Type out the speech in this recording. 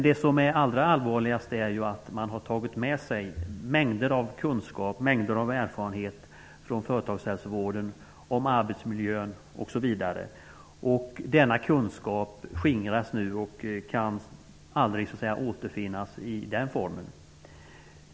Det allra allvarligaste är att man har tagit med sig en mängd av kunskap och erfarenhet om arbetsmiljö osv. från företagshälsovården. Denna kunskap skingras nu och kan aldrig återfinnas i den formen.